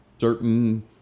certain